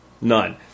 None